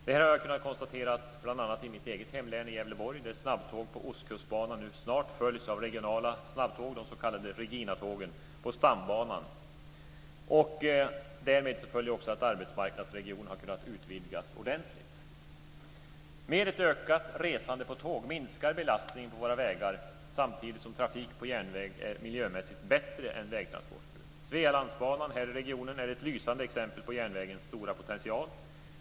Det har jag kunnat konstatera bl.a. i mitt eget hemlän Gävleborg, där snabbtåg på Ostkustbanan nu snart följs av regionala snabbtåg, de s.k. Reginatågen, på stambanan. Därmed följer också att arbetsmarknadsregionen har kunnat utvidgas ordentligt. Med ett ökat resande på tåg minskar belastningen på våra vägar samtidigt som trafik på järnväg är miljömässigt bättre än vägtransporter. Svealandsbanan här i regionen är ett lysande exempel på järnvägens stora potential.